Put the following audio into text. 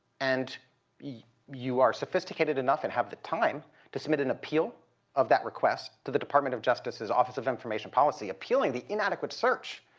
and you are sophisticated enough and have the time to submit an appeal of that request to the department of justice's office of information policy appealing the inadequate search